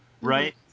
right